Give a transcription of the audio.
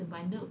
why